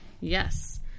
Yes